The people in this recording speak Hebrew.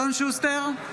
אלון שוסטר,